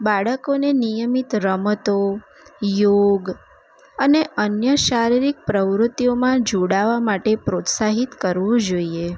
બાળકોને નિયમિત રમતો યોગ અને અન્ય શારીરિક પ્રવૃત્તિઓમાં જોડાવા માટે પ્રોત્સાહિત કરવું જોઈએ